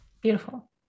Beautiful